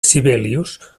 sibelius